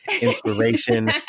inspiration